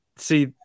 see